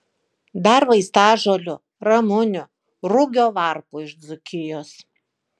dar vaistažolių ramunių rugio varpų iš dzūkijos